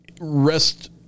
rest